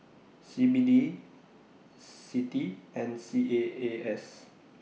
C B D CITI and C A A S